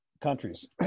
countries